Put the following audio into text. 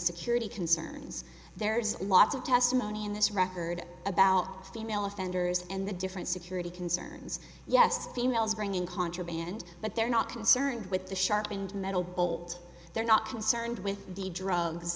security concerns there's lots of testimony in this record about female offenders and the different security concerns yes females bring in contraband but they're not concerned with the sharp and metal bolt they're not concerned with the drugs